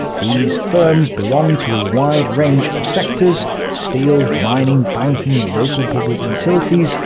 these firms belonged to a wide range of sectors steel, mining, banking, local public utilities,